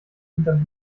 hinterm